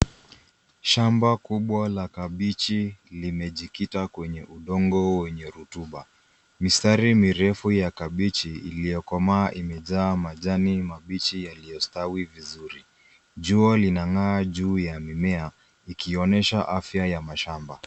Shamba kubwa la kabichi limejikita kwenye udongo wenye rutuba. Mistari mirefu ya kabichi iliyokomaa imejaa majani mabichi yaliyostawi vizuri. Jua linang'aa juu ya mimea, ikionesha afya ya mashamba.